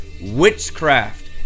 witchcraft